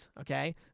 okay